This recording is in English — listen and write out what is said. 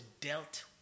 dealt